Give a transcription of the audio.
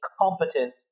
competent